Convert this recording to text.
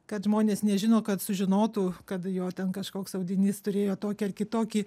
kad žmonės nežino kad sužinotų kad jo ten kažkoks audinys turėjo tokį ar kitokį